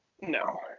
No